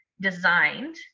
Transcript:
designed